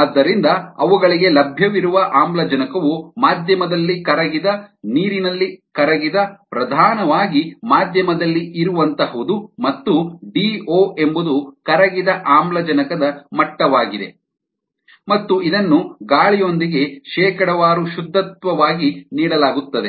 ಆದ್ದರಿಂದ ಅವುಗಳಿಗೆ ಲಭ್ಯವಿರುವ ಆಮ್ಲಜನಕವು ಮಾಧ್ಯಮದಲ್ಲಿ ಕರಗಿದ ನೀರಿನಲ್ಲಿ ಕರಗಿದ ಪ್ರಧಾನವಾಗಿ ಮಾಧ್ಯಮದಲ್ಲಿ ಇರುವಂತಹುದು ಮತ್ತು ಡಿಒ ಎಂಬುದು ಕರಗಿದ ಆಮ್ಲಜನಕದ ಮಟ್ಟವಾಗಿದೆ ಮತ್ತು ಇದನ್ನು ಗಾಳಿಯೊಂದಿಗೆ ಶೇಕಡಾವಾರು ಶುದ್ಧತ್ವವಾಗಿ ನೀಡಲಾಗುತ್ತದೆ